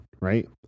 right